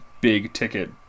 big-ticket